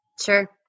Sure